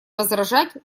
возражать